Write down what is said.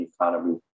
economy